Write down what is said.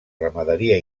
ramaderia